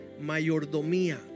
mayordomía